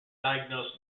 diagnosed